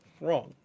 wrong